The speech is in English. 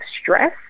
stress